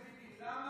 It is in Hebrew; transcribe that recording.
חבר הכנסת טיבי, למה